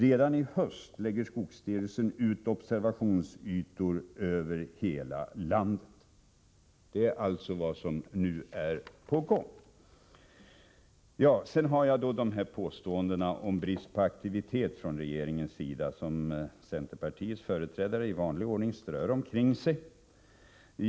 Redan i höst lägger skogsstyrelsen ut observationsytor över hela landet. Det är vad som nu är på gång. Så kommer jag till påståendena om brist på aktivitet från regeringens sida som centerpartiets företrädare i vanlig ordning strör omkring sig.